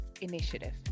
initiative